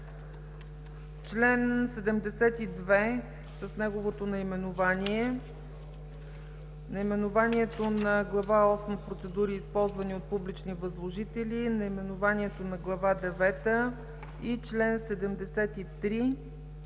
чл. 72 с неговото наименование, наименованието на Глава осма „Процедури, използвани от публични възложители”, наименованието на Глава девета и чл. 73